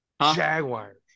Jaguars